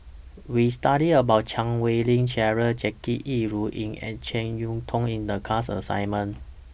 We studied about Chan Wei Ling Cheryl Jackie Yi Ru Ying and Jek Yeun Thong in The class assignment